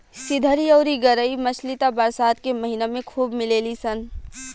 सिधरी अउरी गरई मछली त बरसात के महिना में खूब मिलेली सन